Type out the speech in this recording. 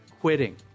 quitting